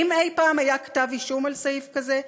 האם אי-פעם היה כתב אישום על סעיף כזה?